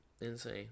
Insane